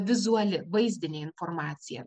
vizuali vaizdinė informacija